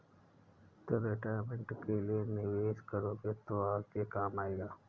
तुम रिटायरमेंट के लिए निवेश करोगे तो आगे काम आएगा